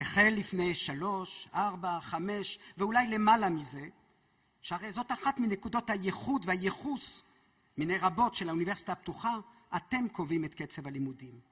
החל לפני שלוש, ארבע, חמש, ואולי למעלה מזה שהרי זאת אחת מנקודות הייחוד והייחוס מני רבות של האוניברסיטה הפתוחה אתם קובעים את קצב הלימודים